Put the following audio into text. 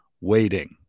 waiting